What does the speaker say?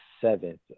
seventh